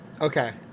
Okay